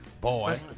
boy